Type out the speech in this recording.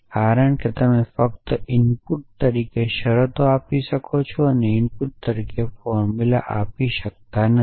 કારણ કે તમે ફક્ત ઇનપુટ્સ તરીકે શરતો આપી શકો છો અને ઇનપુટ તરીકે ફોર્મુલા આપી શકતા નથી